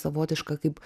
savotišką kaip